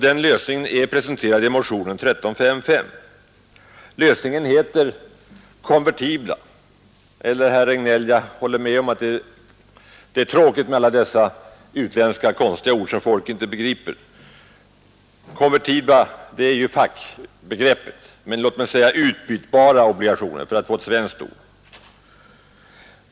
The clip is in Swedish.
Den lösningen är presenterad i motionen 1355. Lösningen heter konvertibla obligationer — jag håller med herr Regnéll om att det är tråkigt med alla dessa utländska, konstiga ord som folk inte begriper; ”konvertibla” är ju fackuttrycket, men låt oss säga utbytbara obligationer för att få ett svenskt ord.